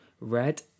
Red